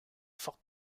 forte